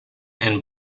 and